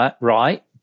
right